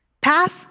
Pass